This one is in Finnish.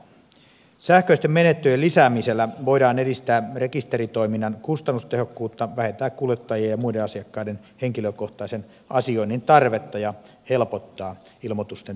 sähköisten menettelyjen lisäämisellä voidaan edistää rekisteritoiminnan kustannustehokkuutta vähentää kuljettajien ja muiden asiakkaiden henkilökohtaisen asioinnin tarvetta ja helpottaa ilmoitusten tekemistä